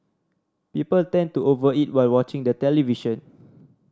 people tend to over eat while watching the television